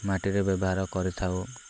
ମାଟିରେ ବ୍ୟବହାର କରିଥାଉ